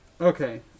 Okay